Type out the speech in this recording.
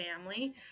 family